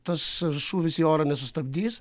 tas šūvis į orą nesustabdys